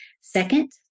Second